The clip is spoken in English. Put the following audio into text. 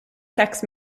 sex